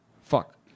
fuck